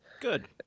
good